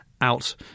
out